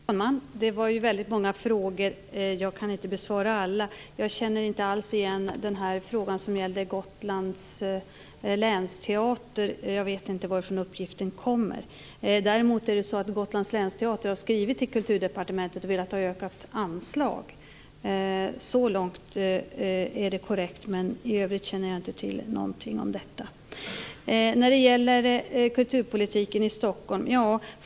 Herr talman! Det var väldigt många frågor. Jag kan inte besvara alla. Jag känner inte alls igen den fråga som gällde Gotlands länsteater. Jag vet inte varifrån uppgiften kommer. Däremot har Gotlands länsteater skrivit till Kulturdepartementet och velat ha ökat anslag. Så långt är det korrekt. I övrigt känner jag inte till någonting om detta. Sedan gällde det kulturpolitiken i Stockholm.